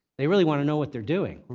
they really want to know what they're doing.